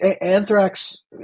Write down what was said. anthrax